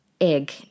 egg